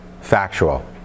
factual